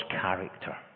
character